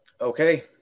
Okay